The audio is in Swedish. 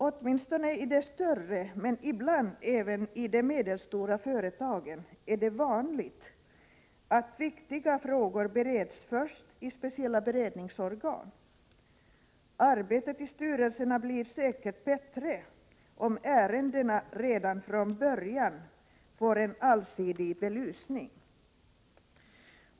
Åtminstone i de större, men ibland även i de medelstora, företagen är det vanligt att viktiga frågor först bereds i speciella beredningsorgan. Arbetet i styrelserna blir säkert bättre om ärendena redan från början får en allsidig belysning.